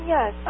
Yes